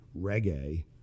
reggae